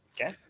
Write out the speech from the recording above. Okay